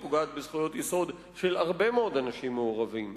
היא פוגעת בזכויות יסוד של הרבה מאוד אנשים מעורבים.